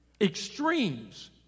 Extremes